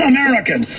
American